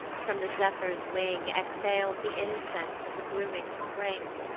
from the zephyr's wing, exhales the incense of the blooming spring.